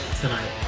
tonight